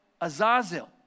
Azazel